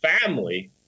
family